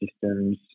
systems